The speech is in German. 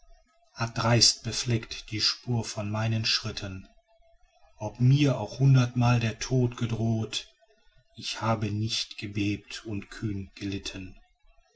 hat dreist befleckt die spur von meinen schritten ob mir auch hundert mal der tod gedroht ich habe nicht gebebt und kühn gelitten